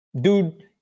Dude